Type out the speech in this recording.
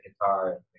guitar